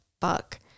Fuck